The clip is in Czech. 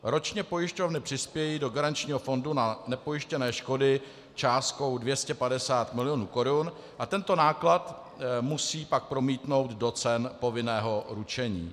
Ročně pojišťovny přispějí do garančního fondu na nepojištěné škody částkou 250 milionů korun a tento náklad pak musí promítnout do cen povinného ručení.